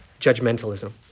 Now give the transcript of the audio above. judgmentalism